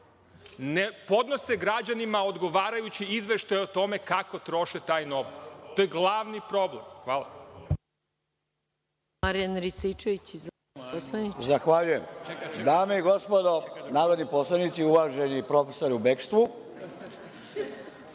ne podnose građanima odgovarajući izveštaj o tome kako troše taj novac. To je glavni problem. Hvala.